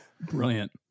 Brilliant